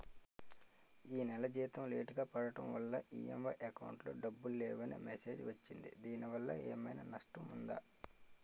ఈ నెల జీతం లేటుగా పడటం వల్ల ఇ.ఎం.ఐ అకౌంట్ లో డబ్బులు లేవని మెసేజ్ వచ్చిందిదీనివల్ల ఏదైనా నష్టం ఉందా?